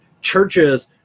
churches